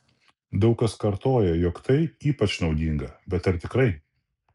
daug kas kartoja jog tai ypač naudinga bet ar tikrai